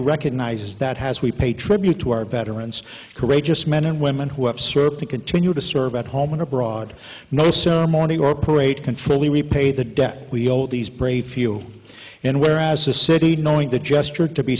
recognizes that has we paid tribute to our veterans courageous men and women who have served to continue to serve at home and abroad no sir morning or parade can fully repay the debt we owe these brave few and where as a city knowing the gesture to be